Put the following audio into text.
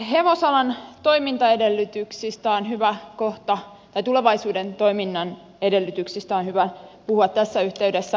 hevosalan toimintaedellytyksistä on hyvä kohta ei tulevaisuuden toiminnan edellytyksistä on hyvä puhua tässä yhteydessä laajemminkin